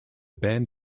band